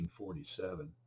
1947